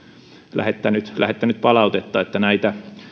lähettänyt lähettänyt palautetta että näitä